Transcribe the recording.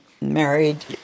married